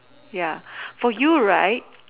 ya for you right